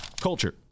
culture